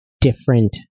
different